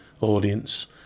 audience